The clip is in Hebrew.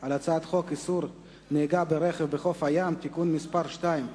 על הצעת חוק איסור נהיגה ברכב בחוף הים (תיקון מס' 2),